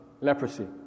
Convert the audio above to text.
leprosy